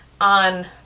on